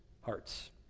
hearts